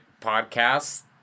podcast